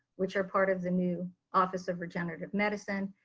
which are part of the new office of regenerative medicine.